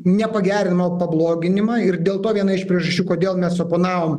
ne pagerinimą o pabloginimą ir dėl to viena iš priežasčių kodėl mes oponavom